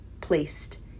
placed